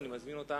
עוד יומיים לפחות.